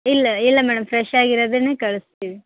ಇಲ್ಲ ಇಲ್ಲ madam fresh ಆಗಿರೋದನ್ನೇ ಕಳಿಸ್ತೀವಿ